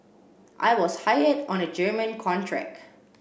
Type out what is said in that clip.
I was hired on a German contract